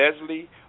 Leslie